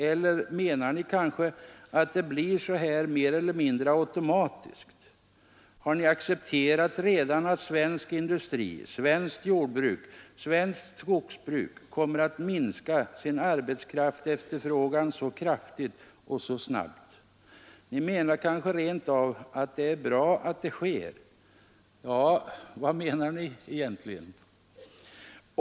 Eller menar ni kanske att det blir så här mer eller mindre automatiskt? Har ni redan accepterat att svensk industri, svenskt jordbruk, svenskt skogsbruk kommer att minska sin arbetskraftsefterfrågan så kraftigt och så snabbt? Ni menar kanske rent av att det är bra att så sker? Ja, vad menar ni egentligen?